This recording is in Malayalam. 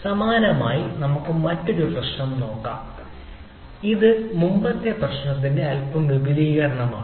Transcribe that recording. സമാനമായി നമുക്ക് മറ്റൊരു പ്രശ്നം നോക്കാം ഇത് മുമ്പത്തെ പ്രശ്നത്തിന്റെ അല്പം വിപുലീകരണമാണ്